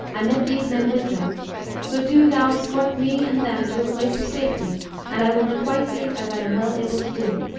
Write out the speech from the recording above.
i met these men with them so do thou escort me and them to a place of safety and i will requite thee as i am well able to do.